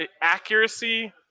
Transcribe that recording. Accuracy